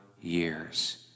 years